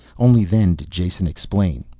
only then did jason explain.